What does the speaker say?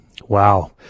Wow